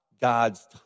God's